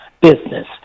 business